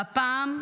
והפעם,